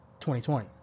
2020